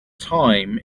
time